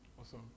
Awesome